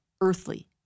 earthly